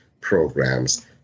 programs